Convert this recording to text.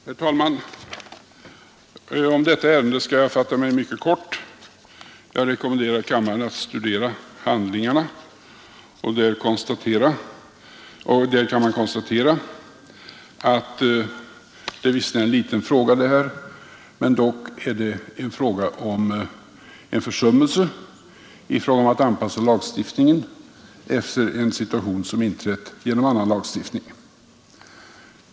Herr talman! Om detta ärende skall jag fatta mig mycket kort. Jag rekommenderar kammaren att studera handlingarna. I dem kan man konstatera att detta visserligen är en liten fråga, men det är dock en fråga om en försummelse, en underlåtenhet att anpassa lagstiftningen efter en situation som inträtt genom annan lagstiftning.